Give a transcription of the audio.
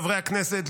חברי הכנסת,